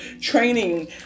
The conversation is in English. training